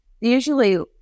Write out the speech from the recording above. usually